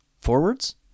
Forwards